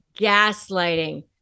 gaslighting